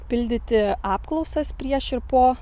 pildyti apklausas prieš ir po